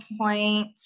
point